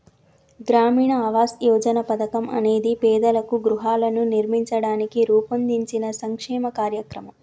గ్రామీణ ఆవాస్ యోజన పథకం అనేది పేదలకు గృహాలను నిర్మించడానికి రూపొందించిన సంక్షేమ కార్యక్రమం